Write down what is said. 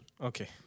Okay